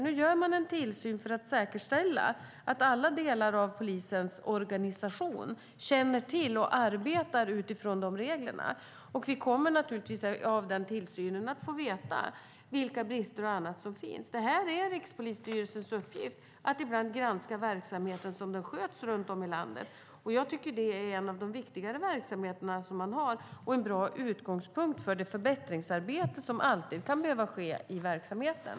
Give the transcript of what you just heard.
Nu gör man en tillsyn för att säkerställa att alla delar av polisens organisation känner till reglerna och arbetar utifrån dem. Genom den tillsynen kommer vi naturligtvis att få veta vilka brister och annat som finns. Det är Rikspolisstyrelsens uppgift att ibland granska hur verksamheten sköts runt om i landet. Jag tycker att det är en av de viktigare verksamheter som man har, och det är en bra utgångspunkt för det förbättringsarbete som alltid kan behöva ske i verksamheten.